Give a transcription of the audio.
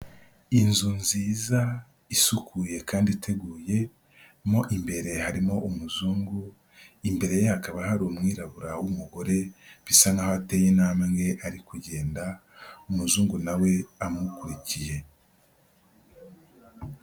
Inzu nziza isukuye kandi iteguye mu imbere harimo umuzungu, imbere ye hakaba hari umwirabura w'umugore bisa nkaho ateye intambwe ari kugenda, umuzungu nawe amukurikiye.